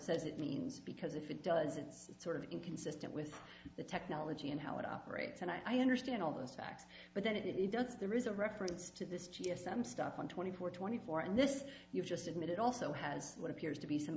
says it means because if it does it's sort of inconsistent with the technology and how it operates and i understand all those facts but then it does there is a reference to this yes i'm stuck on twenty four twenty four and this you've just admitted also has what appears to be some